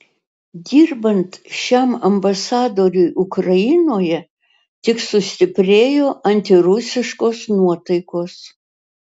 dirbant šiam ambasadoriui ukrainoje tik sustiprėjo antirusiškos nuotaikos